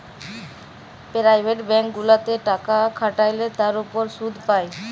private bank গুলাতে টাকা খাটাল্যে তার উপর শুধ পাই